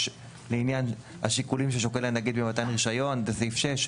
לעניין השיקולים ששוקל הנגיד במתן רישיון זה סעיף 6,